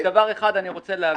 רק דבר אחד אני רוצה להבין.